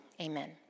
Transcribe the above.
Amen